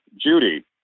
Judy